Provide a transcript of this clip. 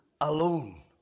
alone